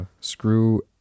screw